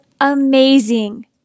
amazing